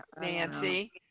Nancy